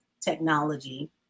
technology